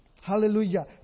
Hallelujah